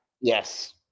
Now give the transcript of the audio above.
Yes